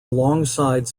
alongside